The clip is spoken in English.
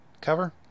cover